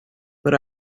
but